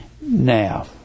now